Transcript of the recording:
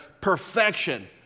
perfection